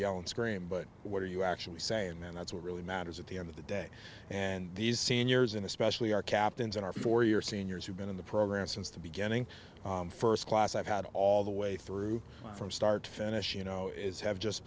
yell and scream but what are you actually saying then that's what really matters at the end of the day and these seniors and especially our captains and our four year seniors who've been in the program since the beginning st class i've had all the way through from start to finish you know is have just